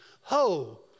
Ho